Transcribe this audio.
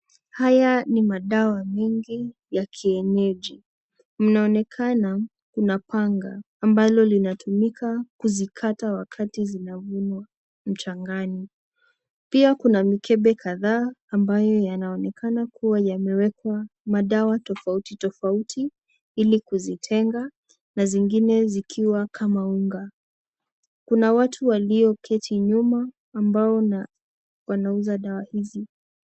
Haya ni madawa mingi ya kienyeji mnaonekana kuna panga ambalo zinatumika kuzikata wakati zinavunwa mchangani, pia kuna mikebe kadhaa ambayo yanaonekana kuwa yamewekwa madawa tofauti tofauti ili kuzitenga na zingine zikiwa kama unga. Kuna watu walioketi nyuma ambao wanauza dawa hizi.